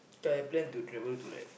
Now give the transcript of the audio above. I plan to travel to like